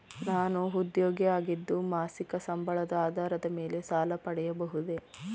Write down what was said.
ನಾನು ಉದ್ಯೋಗಿ ಆಗಿದ್ದು ಮಾಸಿಕ ಸಂಬಳದ ಆಧಾರದ ಮೇಲೆ ಸಾಲ ಪಡೆಯಬಹುದೇ?